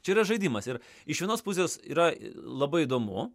čia yra žaidimas ir iš vienos pusės yra labai įdomu